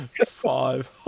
Five